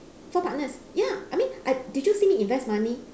four partners ya I mean I did you see me invest money